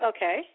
Okay